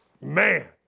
Man